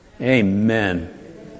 Amen